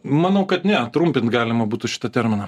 manau kad ne trumpinti galima būtų šitą terminą